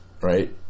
right